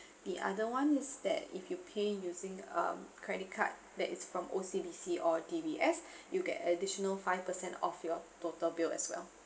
the other one is that if you pay using um credit card that is from O_C_B_C or D_B_S you'll get additional five percent off your total bill as well